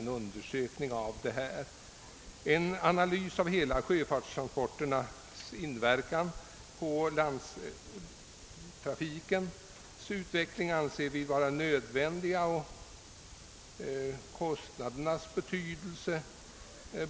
Vi anser det vara nödvändigt att göra en analys av sjötransporternas inverkan på landsvägstrafikens utveckling, och i det sammanhanget bör även frågan om kostnaderna utredas.